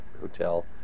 hotel